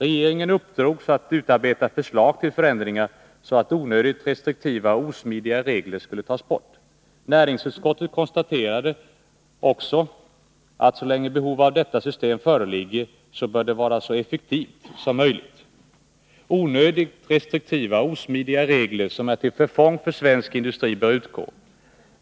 Regeringen uppdrogs att utarbeta förslag till förändringar så att onödigt restriktiva och osmidiga regler skulle tas bort. Näringsutskottet konstaterade också att ”så länge behov av detta system föreligger bör det vara så effektivt som möjligt. Onödigt restriktiva och osmidiga regler, som är till förfång för svensk industri, bör utgå.